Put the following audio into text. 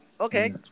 okay